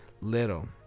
little